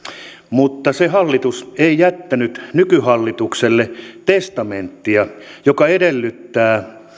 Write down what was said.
mutta se hallitus ei jättänyt nykyhallitukselle testamenttia joka edellyttäisi